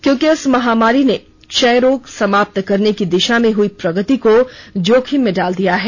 क्योंकि इस महामारी ने क्षयरोग समाप्त करने की दिशा में हुई प्रगर्ति को जोखिम में डाल दिया है